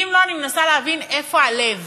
כי אם לא, אני מנסה להבין איפה הלב.